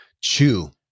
chew